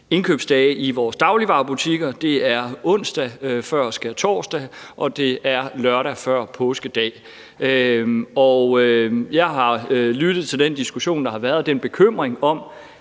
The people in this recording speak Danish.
indkøbsdage i vores dagligvarebutikker er onsdag før skærtorsdag og lørdag før påskedag. Jeg har lyttet til den diskussion og bekymring,